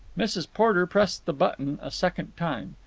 mrs. porter pressed the button a second time.